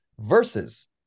Versus